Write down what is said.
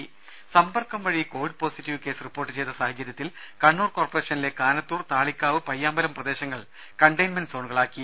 രുമ സമ്പർക്കം വഴി കോവിഡ് പോസിറ്റീവ് കേസ് റിപ്പോർട്ട് ചെയ്ത സാഹചര്യത്തിൽ കണ്ണൂർ കോർപറേഷനിലെ കാനത്തൂർ താളിക്കാവ് പയ്യാമ്പലം പ്രദേശങ്ങൾ കണ്ടെയിൻമെന്റ് സോണുകളാക്കി